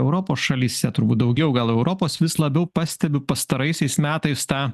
europos šalyse turbūt daugiau gal europos vis labiau pastebiu pastaraisiais metais tą